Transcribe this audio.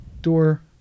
Door